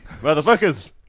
Motherfuckers